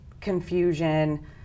confusion